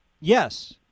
yes